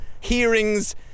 hearings